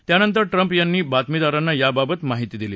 त्यानंतर ट्रंप यांनी बातमीदारांना याबाबत माहिती दिली